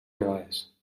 vegades